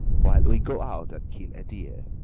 while we go out and kill a deer.